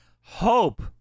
hope